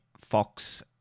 fox